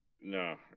no